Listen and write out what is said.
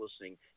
listening